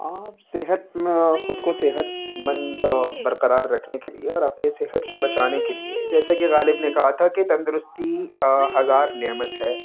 آپ صحت خود کو صحت مند برقرار رکھنے کے لیے اور اپنے صحت کو بچانے کے لیے جیسے کہ غالب نے کہا تھا کہ تندرستی ہزار نعمت ہے